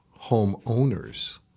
homeowners